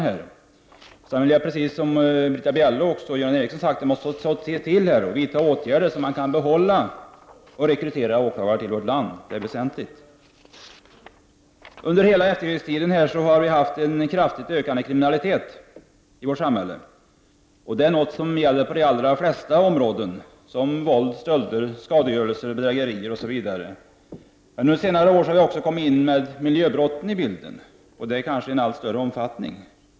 Jag vill vidare liksom Britta Bjelle och Göran Ericsson understryka att det måste vidtas åtgärder för att rekrytera och behålla åklagare. Det är väsentligt att så sker. Vi har under hela efterkrigstiden haft en kraftigt ökande kriminalitet i vårt samhälle. Så är fallet på de allra flesta brottsområden — våld, stöld, skadegörelse, bedrägerier osv. Under senare år har i allt större omfattning också miljöbrotten kommit in i bilden.